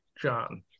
John